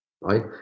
right